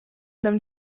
them